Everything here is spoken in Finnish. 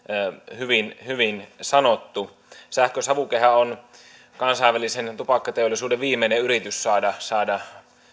hyvin hyvin sanottu sähkösavukehan on kansainvälisen tupakkateollisuuden viimeinen yritys saada saada